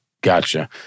Gotcha